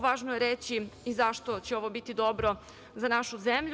Važno je reći i zašto će ovo biti dobro za našu zemlju.